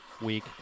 week